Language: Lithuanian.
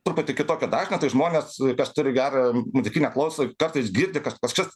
truputį kitokio dažnio tai žmonės turi gerą muzikinę klausą kartais girdi kad kažkas